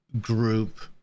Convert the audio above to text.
group